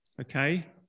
okay